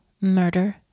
murder